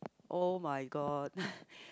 oh-my-god